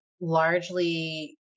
largely